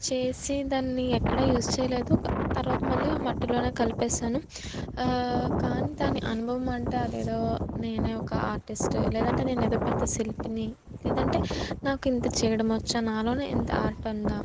చేసి దాన్ని ఎక్కడ యూజ్ చేయలేదు తరవాత మళ్ళీ ఆ మట్టిలోనే కలిపేసాను కానీ దాని అనుభవమంటే అదేదో నేనే ఒక ఆర్టిస్టు లేదంటే నేనేదో పెద్ద శిల్పిని లేదంటే నాకింత చేయడము వచ్చ నాలోనే ఇంత ఆర్ట్ ఉందా